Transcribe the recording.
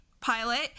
pilot